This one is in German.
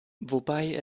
wobei